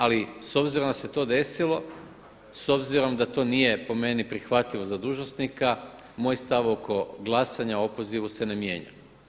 Ali s obzirom da se to desilo, s obzirom da to nije po meni prihvatljivo za dužnosnika moj stav oko glasanja o opozivu se ne mijenja.